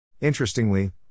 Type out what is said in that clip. Interestingly